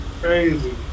crazy